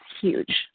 huge